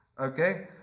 Okay